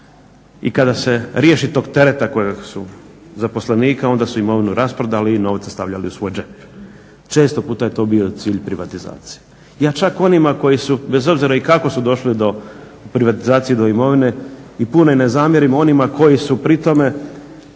I kada se riješi tog tereta zaposlenika onda su imovinu rasprodali i novce stavljali u svoj džep. Često put je to bio cilj privatizacije. Ja čak onima koji su bez obzira i kako su došli do privatizacije, do imovine i puno i ne zamjerim onima koji su pri tome